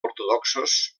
ortodoxos